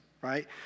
right